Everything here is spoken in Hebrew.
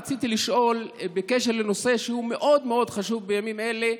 רציתי לשאול בקשר לנושא חשוב מאוד בימים אלה,